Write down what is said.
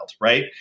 Right